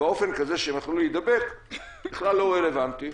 באופן כזה שהם יכלו להידבק בכלל לא רלוונטי,